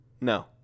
No